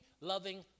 loving